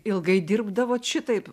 ilgai dirbdavot šitaip